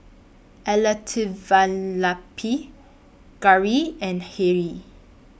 Elattuvalapil Gauri and Hri